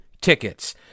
tickets